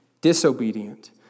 disobedient